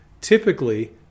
typically